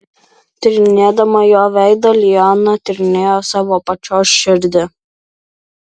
tyrinėdama jo veidą liana tyrinėjo savo pačios širdį